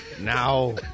Now